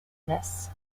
this